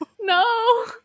No